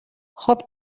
خوب